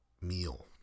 meal